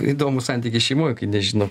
įdomūs santykiai šeimoj kai nežino